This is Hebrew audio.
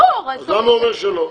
אז למה הוא אומר שלא?